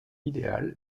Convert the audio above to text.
idéal